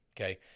okay